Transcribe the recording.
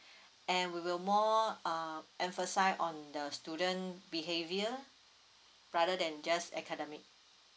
and we will more uh emphasize on the student behavior rather than just academic